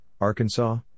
Arkansas